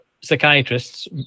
psychiatrists